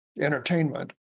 entertainment